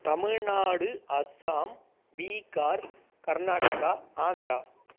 Tamil Nadu Assam Bihar Karnataka Andhra